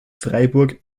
freiburg